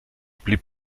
blieb